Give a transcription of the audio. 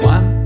One